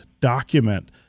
document